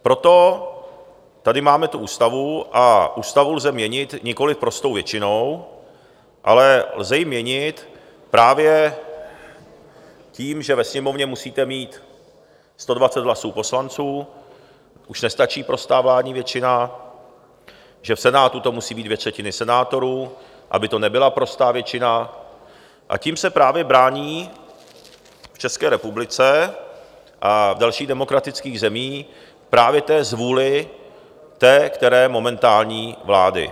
Proto tady máme tu ústavu, a ústavu lze měnit nikoli prostou většinou, ale lze ji měnit právě tím, že ve Sněmovně musíte mít 120 hlasů poslanců, už nestačí prostá vládní většina, že v Senátu to musí být dvě třetiny senátorů, aby to nebyla prostá většina, a tím se právě brání v České republice a v dalších demokratických zemích zvůli té které momentální vlády.